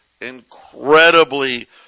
incredibly